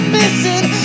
missing